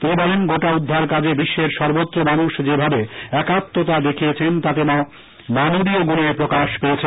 তিনি বলেন গোটা উদ্ধার কাজে বিশ্বের সর্বত্র মানুষ যেভাবে একাত্মতা দেখিয়েছেন তাতে মানবীয় গুনের প্রকাশ পেয়েছে